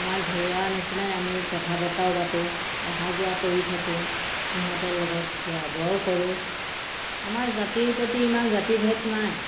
আমাৰ ঘৰুৱা নিচিনাই আমি কথা বতৰাও পাতোঁ অহা যোৱা কৰি থাকোঁ সিহঁতৰ লগত খোৱা বোৱাও কৰোঁ আমাৰ জাতিৰ প্ৰতি ইমান জাতিভেদ নাই